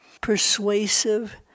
persuasive